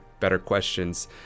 betterquestions